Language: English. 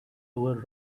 over